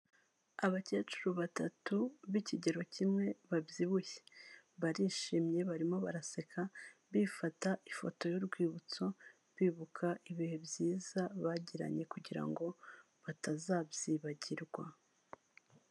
Abakecuru batatu b'ikigero kimwe, babyibushye. Barishimye, barimo baraseka, bifata ifoto y'urwibutso, bibuka ibihe byiza bagiranye kugira ngo batazabyibagirwa.